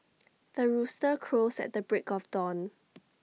the rooster crows at the break of dawn